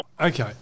okay